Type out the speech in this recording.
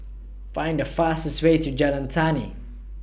Find The fastest Way to Jalan Tani